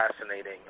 fascinating